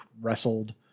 wrestled